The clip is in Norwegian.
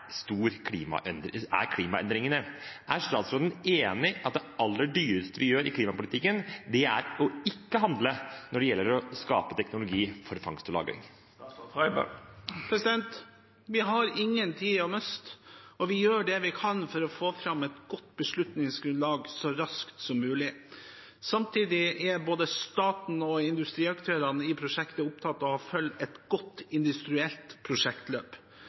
å ikke handle når det gjelder å skape teknologi for fangst og lagring? Vi har ingen tid å miste, og vi gjør det vi kan for å få fram et godt beslutningsgrunnlag så raskt som mulig. Samtidig er både staten og industriaktørene i prosjektet opptatt av å følge et godt industrielt prosjektløp.